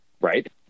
Right